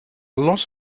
lot